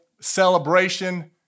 celebration